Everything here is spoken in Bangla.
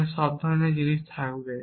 এখানে সব ধরণের জিনিস থাকবে